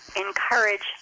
encourage